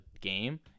game